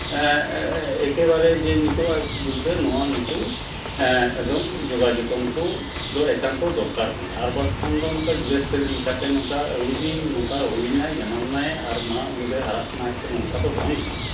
ᱮᱠᱮᱵᱟᱨᱮ ᱡᱮ ᱱᱤᱛᱳᱜᱼᱟᱜ ᱡᱩᱜᱽ ᱨᱮ ᱱᱚᱣᱟ ᱱᱩᱠᱩ ᱮᱠᱫᱚᱢ ᱡᱚᱜᱟᱣ ᱡᱚᱛᱚᱱ ᱠᱚᱫᱚ ᱮᱠᱟᱱᱛᱚ ᱫᱚᱨᱠᱟᱨ ᱠᱟᱱᱟ ᱟᱨ ᱵᱟᱝᱠᱷᱟᱱ ᱫᱚ ᱚᱱᱠᱟ ᱜᱨᱤᱦᱚᱨᱥᱛᱷᱟᱞᱤ ᱞᱮᱠᱟᱛᱮ ᱱᱚᱝᱠᱟ ᱟᱹᱣᱲᱤ ᱜᱮ ᱱᱚᱝᱠᱟ ᱦᱩᱭᱱᱟᱭ ᱡᱟᱱᱟᱢ ᱱᱟᱭ ᱟᱨ ᱢᱟ ᱦᱟᱸᱜ ᱩᱱᱤ ᱫᱚᱭ ᱦᱟᱨᱟᱜ ᱠᱟᱱᱟ ᱟᱡᱛᱮ ᱱᱚᱝᱠᱟ ᱫᱚ ᱵᱟᱝ ᱠᱟᱱᱟ